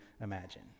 imagine